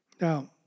Now